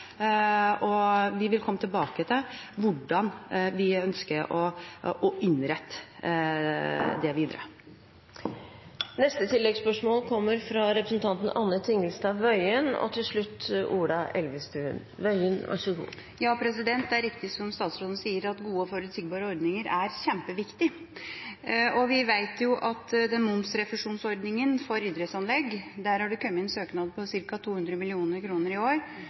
og barna i aktivitet. Derfor gjør vi et større arbeid på dette, og vi vil komme tilbake til hvordan vi ønsker å innrette det videre. Anne Tingelstad Wøien – til oppfølgingsspørsmål. Det er riktig, som statsråden sier, at gode, forutsigbare ordninger er kjempeviktig. Vi vet at når det gjelder momsrefusjonsordninga for idrettsanlegg, har det kommet inn søknader om ca. 200 mill. kr i år,